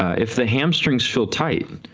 if the hamstrings feel tight,